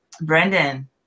Brendan